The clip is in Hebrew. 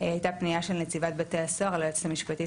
הייתה פנייה של נציבת בתי הסוהר ליועצת המשפטית